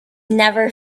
never